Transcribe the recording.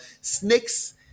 Snakes